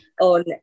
on